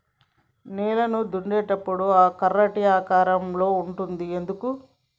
నేలను దున్నేటప్పుడు ఆ కర్ర టీ ఆకారం లో ఉంటది ఎందుకు?